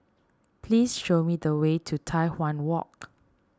please show me the way to Tai Hwan Walk